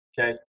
Okay